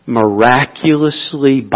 miraculously